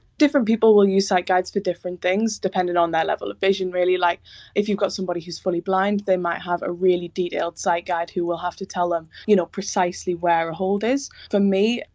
different people will use sight guides for different things, depending on their level of vision really. like if you've got somebody who's fully blind, they might have a really detailed sight guide who will have to tell them, you know, precisely where a hold is. for me,